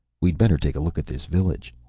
we'd better take a look at this village,